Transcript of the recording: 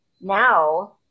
now